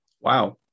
Wow